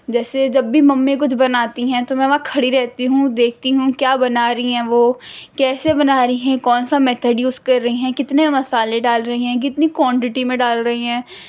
جیسے جب بھی ممی کچھ بناتی ہیں تو میں وہاں کھڑی رہتی ہوں دیکھتی ہوں کیا بنا رہی ہیں وہ کیسے بنا رہی ہیں کون سا میتھڈ یوز کر رہی ہیں کتنے مسالے ڈال رہی ہیں کتنی کوانٹٹی میں ڈال رہی ہیں